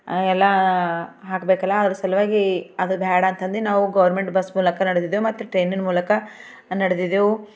ಎಲ್ಲ ಹಾಕ್ಬೇಕಲ್ಲ ಅದರ ಸಲವಾಗಿ ಅದು ಬ್ಯಾಡಂತಂದು ನಾವು ಗೋರ್ಮೆಂಟ್ ಬಸ್ ಮೂಲಕ ನಡೆದಿದ್ದೆವು ಮತ್ತೆ ಟ್ರೇನಿನ ಮೂಲಕ ನಡೆದಿದ್ದವು